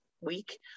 week